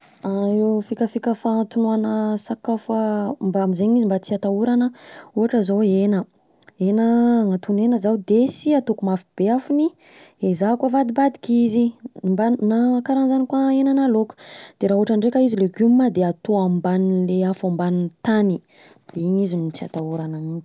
Fikafika fanatonoana sakafo a, mba am'zegny mba tsy atahorana, ohatra zao hena, hena, hanatono hena zaho de sy ataoko mafy be afony, ezahako avadibadika izy, na karanzany koa henana lôka, de raha ohatra ndreka izy legioma de atao amban'ny le afo ambanin'ny tany, de iny izy no tsy atahorana mintsy.